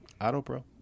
AutoPro